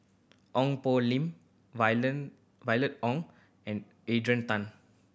Ong Poh Lim Violet Oon and Adrian Tan